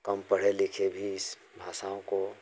कम पढ़े लिखे भी इस भाषाओं को